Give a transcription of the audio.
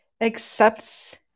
accepts